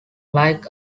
like